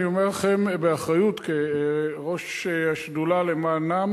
אני אומר לכם באחריות, כראש השדולה למענם